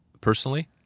personally